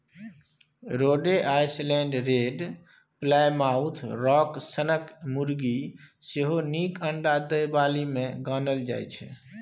रोडे Island Red, Plymouth Rock सनक मुरगी सेहो नीक अंडा दय बालीमे गानल जाइ छै